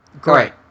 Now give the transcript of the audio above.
Great